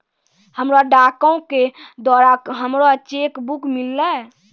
हमरा डाको के द्वारा हमरो चेक बुक मिललै